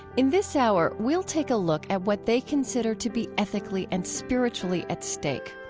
in this hour, we'll take a look at what they consider to be ethically and spiritually at stake.